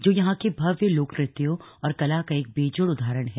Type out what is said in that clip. जो यहां के भव्य लोक नृत्यों और कला का एक और बेजोड़ उदाहरण है